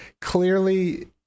clearly